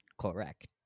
Correct